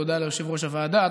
תודה ליושב-ראש הוועדה,